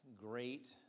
great